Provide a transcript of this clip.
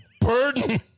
burden